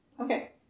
Okay